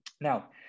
Now